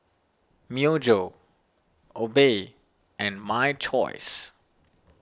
Myojo Obey and My Choice